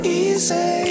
easy